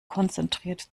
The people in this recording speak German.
konzentriert